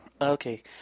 Okay